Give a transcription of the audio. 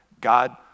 God